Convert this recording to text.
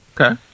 Okay